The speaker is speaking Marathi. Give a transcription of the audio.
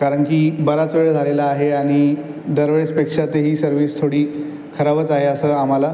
कारण की बराच वेळ झालेला आहे आणि दर वेळेसपेक्षा तेही सर्विस थोडी खराबच आहे असं आम्हाला